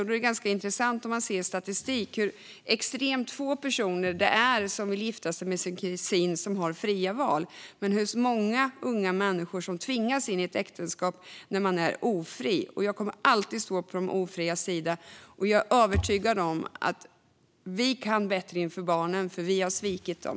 Då är det intressant att se i statistiken hur extremt få personer som av fri vilja vill gifta sig med sin kusin och hur många ofria unga människor som tvingas in i äktenskap. Jag kommer alltid att stå på de ofrias sida, och jag är övertygad om att vi kan bättre för barnen. Hittills har vi svikit dem.